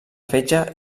fetge